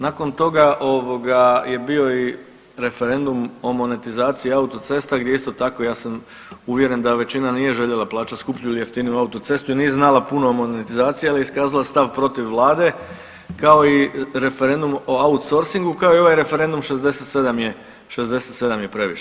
Nakon toga ovoga je bio i referendum o monetizaciji autocesta gdje isto tako ja sam uvjeren da većina nije željela plaćati skuplju ili jeftiniju autocestu i nije znala puno o monetizaciji ali je iskazala stav protiv vlade, ako i referendum o outsourcingu kao i ovaj referendum 67 je, 67 je previše.